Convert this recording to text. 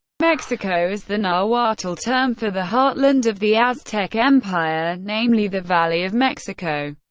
mexihco is the nahuatl term for the heartland of the aztec empire, namely, the valley of mexico,